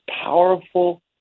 powerful